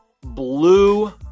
blue